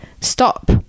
stop